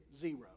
zero